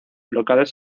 locales